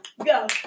go